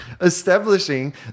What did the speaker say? establishing